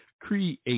create